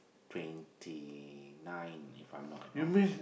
twenty nine if I'm not wrong